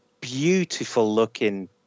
beautiful-looking